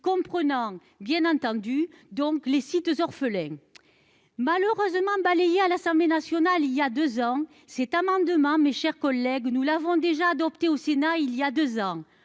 comprenant bien entendu donc les sites orphelins malheureusement balayé à l'Assemblée nationale, il y a 2 ans, cet amendement, mes chers collègues, nous l'avons déjà adopté au Sénat il y a 2 ans,